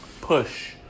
push